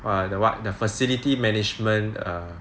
err the what the facility management err